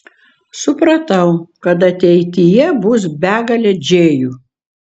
supratau kad ateityje bus begalė džėjų